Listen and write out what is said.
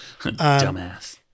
Dumbass